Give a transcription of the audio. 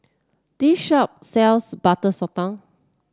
this shop sells Butter Sotong